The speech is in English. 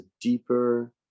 deeper